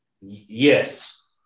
Yes